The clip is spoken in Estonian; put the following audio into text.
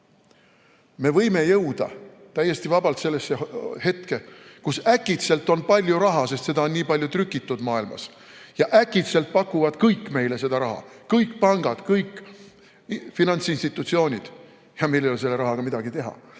Me võime jõuda täiesti vabalt sellesse hetke, kus äkitselt on palju raha, sest seda on nii palju trükitud maailmas, ja äkitselt pakuvad kõik meile seda raha: kõik pangad, kõik finantsinstitutsioonid. Ja meil ei ole selle rahaga midagi teha,